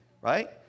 Right